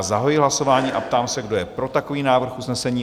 Zahajuji hlasování a ptám se, kdo je pro takový návrh usnesení?